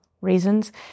reasons